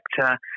sector